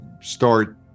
start